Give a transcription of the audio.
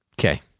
Okay